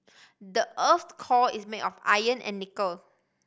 the earth's core is made of iron and nickel